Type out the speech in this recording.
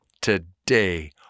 today